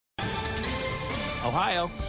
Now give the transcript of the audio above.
Ohio